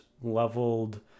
leveled